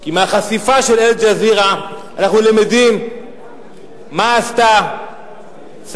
כי מהחשיפה של "אל-ג'זירה" אנחנו יודעים מה עשו שרת